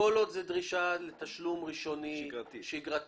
כל עוד זה דרישה לתשלום ראשוני שגרתי,